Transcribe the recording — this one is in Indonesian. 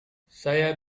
saya